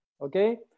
okay